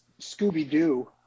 Scooby-Doo